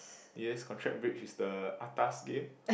yes contract bridge is the atas game